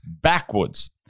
backwards